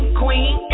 queen